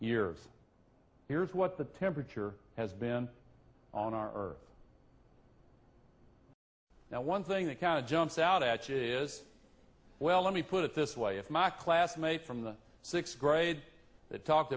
years here's what the temperature has been on our or now one thing that kind of jumps out at you is well let me put it this way if my classmates from the sixth grade that talked